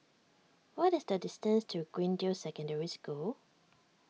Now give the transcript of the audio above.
what is the distance to Greendale Secondary School